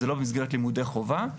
זה לא מסגרת לימודי חובה.